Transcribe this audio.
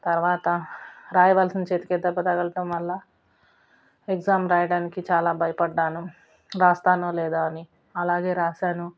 తరువాత వ్రాయవలసిన చేతికి దెబ్బ తగలటం వల్ల ఎగ్జామ్ వ్రాయడానికి చాలా భయపడ్డాను వ్రాస్తానో లేదా అని అలాగే వ్రాసాను